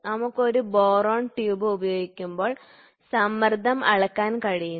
നമുക്ക് ഒരു Bourdon tube ഉപയോഗിക്കുമ്പോൾ സമ്മർദ്ദം അളക്കാൻ കഴിയുന്നു